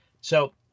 So-